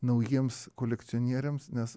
naujiems kolekcionieriams nes